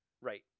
Right